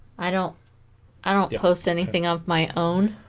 i don't i don't post anything of my own